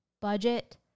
budget